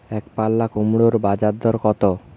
একপাল্লা কুমড়োর বাজার দর কত?